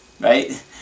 right